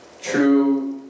true